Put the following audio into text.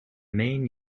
main